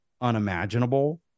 unimaginable